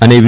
અને વી